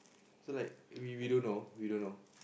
so like we we don't know we don't know